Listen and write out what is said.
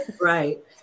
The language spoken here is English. Right